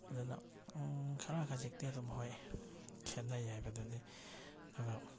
ꯑꯗꯨꯅ ꯈꯔ ꯈꯖꯤꯛꯇꯤ ꯑꯗꯨꯝ ꯍꯣꯏ ꯈꯦꯠꯅꯩ ꯍꯥꯏꯕꯗꯨꯅꯤ ꯑꯗꯨꯒ